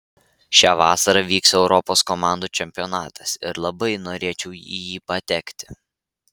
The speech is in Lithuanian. šią vasarą vyks europos komandų čempionatas ir labai norėčiau į jį patekti